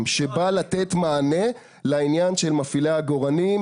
שבא לתת מענה לעניין של מפעילי העגורנים,